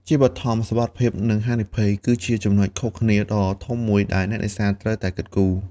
ជាបឋម សុវត្ថិភាព និងហានិភ័យ គឺជាចំណុចខុសគ្នាដ៏ធំមួយដែលអ្នកនេសាទត្រូវតែគិតគូរ។